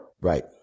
Right